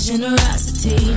Generosity